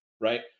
right